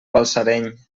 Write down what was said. balsareny